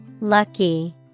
Lucky